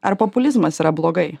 ar populizmas yra blogai